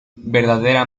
verdadera